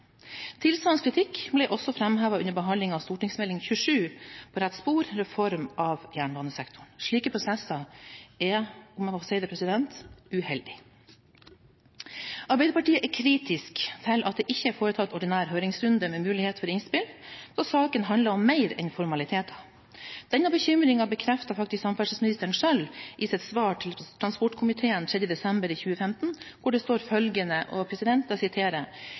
under behandlingen av Meld. St. 27 for 2014–2015, På rett spor – Reform av jernbanesektoren. Slike prosesser er – om jeg må få si det – uheldig. Arbeiderpartiet er kritisk til at det ikke er foretatt ordinær høringsrunde med mulighet for innspill, da saken handler om mer enn formaliteter. Denne bekymringen bekrefter faktisk samferdselsministeren selv i sitt svar til transportkomiteen 3. desember 2015, der det står: «Lovforslaget gir vid adgang til å overføre Statens vegvesens forpliktelser og